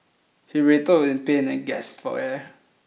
he writhed in pain and gasped for air